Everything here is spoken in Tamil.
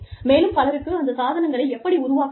மேலும் பலருக்கு அந்த சாதனங்களை எப்படி உருவாக்க வேண்டும்